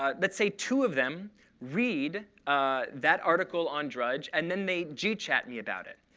ah let's say two of them read that article on drudge, and then they gchat me about it.